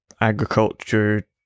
agriculture